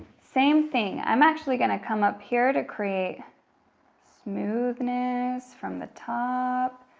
same thing, i'm actually gonna come up here to create smoothness from the top,